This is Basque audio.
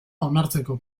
onartzeko